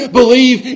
believe